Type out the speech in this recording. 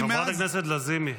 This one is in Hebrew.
חברת הכנסת לזימי.